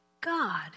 God